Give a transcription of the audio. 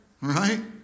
right